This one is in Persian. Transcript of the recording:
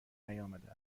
نیامده